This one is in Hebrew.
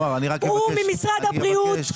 הוא ממשרד הבריאות.